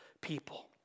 people